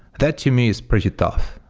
that to me is pretty tough.